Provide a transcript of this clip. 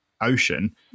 ocean